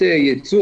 זהו?